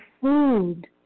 food